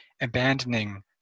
abandoning